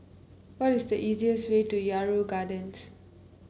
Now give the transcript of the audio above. what is the easiest way to Yarrow Gardens